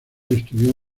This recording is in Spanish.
estudió